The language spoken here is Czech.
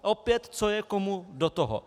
Opět, co je komu do toho?